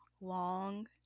long